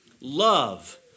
Love